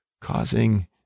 causing